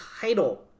title